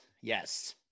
yes